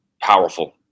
powerful